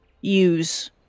use